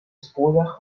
spoorweg